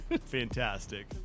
Fantastic